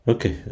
Okay